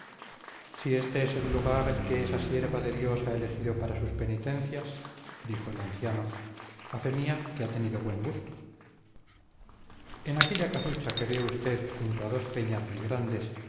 si es este el lugar que esa sierva de dios ha elegido para sus penitencias dijo el anciano a fe mía que ha tenido buen gusto en aquella casucha que ve usted junto a dos peñas